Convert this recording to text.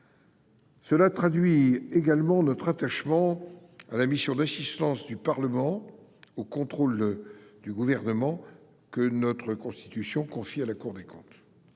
choix traduit également notre attachement à la mission d'assistance du Parlement au contrôle du Gouvernement que notre Constitution confie à la Cour des comptes.